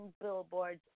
billboards